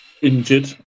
injured